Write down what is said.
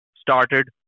started